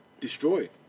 destroyed